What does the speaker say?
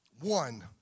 One